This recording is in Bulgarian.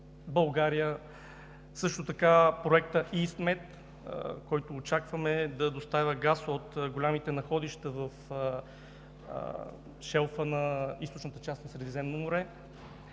България. Също така проектът, който очакваме да доставя газ от големите находища в шелфа на източната част на Средиземно море